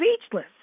speechless